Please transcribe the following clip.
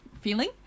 feeling